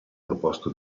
proposto